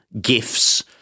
gifts